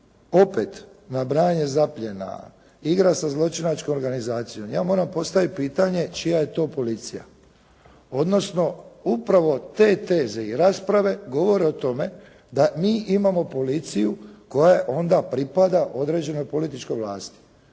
opet, nabrajanje i zapljena, igra sa zločinačkom organizacijom. Ja moram postaviti pitanje čija je to policija, odnosno upravo te teze i rasprave govore o tome da mi imamo policiju koja onda pripada određenoj političkoj vlasti,